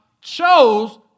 chose